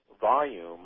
volume